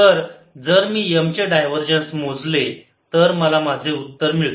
तर जर मी M चे डायव्हरजन्स मोजले तर मला माझे उत्तर मिळते